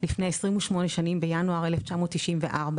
לפני 28 שנים בינואר 1994,